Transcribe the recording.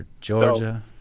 Georgia